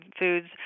foods